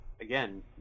again